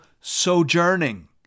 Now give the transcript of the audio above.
sojourning